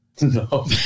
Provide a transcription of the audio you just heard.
No